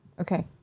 Okay